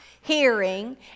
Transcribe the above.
hearing